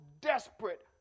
desperate